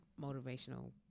motivational